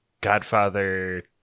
Godfather